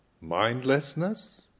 Mindlessness